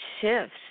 shifts